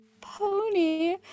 pony